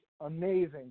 amazing